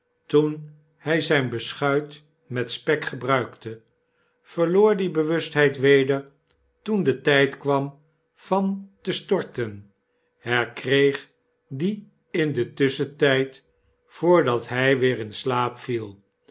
toen hij zijn beschuit met spek gebruikte verloor die bewustheid weder toen de tyd kwam van te storten herkreeg die in den tusschentyd voordat hij weer in slaap viel